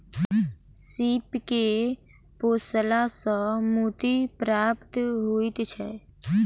सीप के पोसला सॅ मोती प्राप्त होइत छै